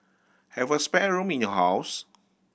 have a spare room in your house